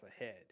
ahead